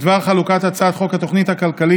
בדבר חלוקת הצעת חוק התוכנית הכלכלית